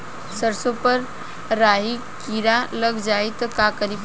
सरसो पर राही किरा लाग जाई त का करी?